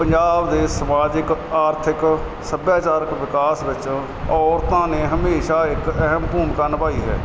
ਪੰਜਾਬ ਦੇ ਸਮਾਜਿਕ ਆਰਥਿਕ ਸਭਿਆਚਾਰਕ ਵਿਕਾਸ ਵਿੱਚੋਂ ਔਰਤਾਂ ਨੇ ਹਮੇਸ਼ਾ ਇੱਕ ਅਹਿਮ ਭੂਮਿਕਾ ਨਿਭਾਈ ਹੈ